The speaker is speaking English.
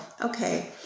Okay